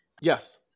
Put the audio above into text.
Yes